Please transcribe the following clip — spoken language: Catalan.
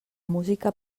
música